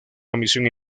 comisión